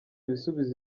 ibisubizo